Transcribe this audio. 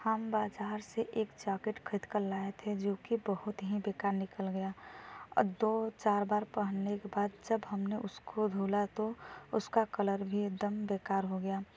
हम बाज़ार से एक जाकेट ख़रीद कर लाए थे जो कि बहुत ही बेकार निकल गया और दो चार बार पहनने के बाद जब हमने उसको धुला तो उसका कलर भी एकदम बेकार हो गया